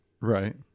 Right